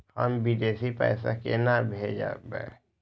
हम विदेश पैसा केना भेजबे?